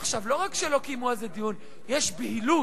עכשיו, לא רק שלא קיימו על זה דיון, יש בהילות,